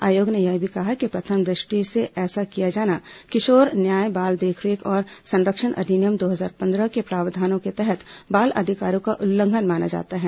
आयोग ने यह भी कहा कि प्रथम दृष्टि से ऐसा किया जाना किशोर न्याय बाल देखरेख और संरक्षण अधिनियम दो हजार पंद्रह के प्रावधानों के तहत बाल अधिकारों का उल्लंघन माना जाता है